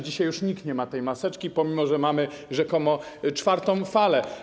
Dzisiaj już nikt nie ma tej maseczki, pomimo że mamy rzekomo czwartą falę.